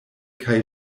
kaj